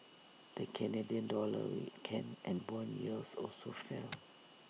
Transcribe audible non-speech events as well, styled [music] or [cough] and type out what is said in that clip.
the Canadian dollar weakened and Bond yields also fell [noise]